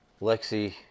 Lexi